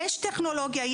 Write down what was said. יש טכנולוגיה,